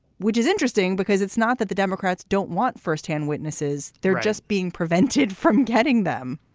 which is interesting because it's not that the democrats don't want firsthand witnesses. they're just being prevented from getting them